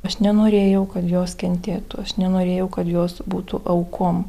aš nenorėjau kad jos kentėtų aš nenorėjau kad jos būtų aukom